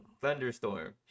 thunderstorm